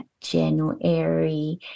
January